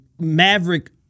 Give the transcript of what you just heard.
Maverick